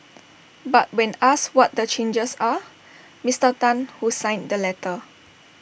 but when asked what the changes are Mister Tan who signed the letter